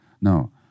No